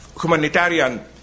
humanitarian